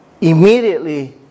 immediately